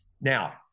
Now